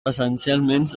essencialment